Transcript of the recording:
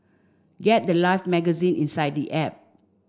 get the life magazine inside the app